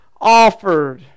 offered